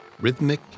rhythmic